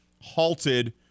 halted